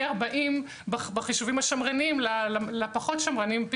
40 בחישובים השמרניים לפחות שמרניים,